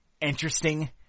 interesting